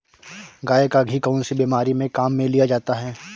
गाय का घी कौनसी बीमारी में काम में लिया जाता है?